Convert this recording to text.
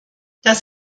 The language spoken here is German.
das